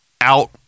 out